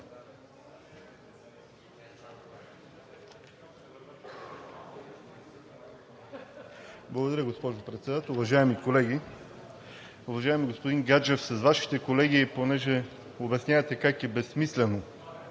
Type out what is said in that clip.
Благодаря, госпожо Председател. Уважаеми колеги! Уважаеми господин Гаджев, с Вашите колеги, понеже обяснявате как е безсмислено